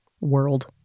World